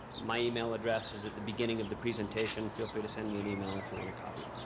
my email address is at the beginning of the presentation. feel free to send me an email if you want a copy.